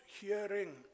hearing